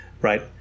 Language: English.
Right